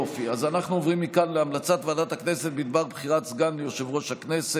אנחנו עוברים מכאן להמלצת ועדת הכנסת בדבר בחירת סגן ליושב-ראש הכנסת.